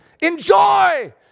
Enjoy